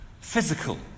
physical